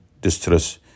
distress